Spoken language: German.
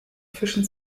fischen